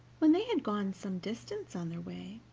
when they had gone some distance on their way,